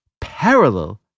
parallel